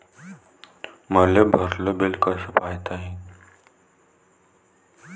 मले भरल ते बिल कस पायता येईन?